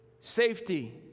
safety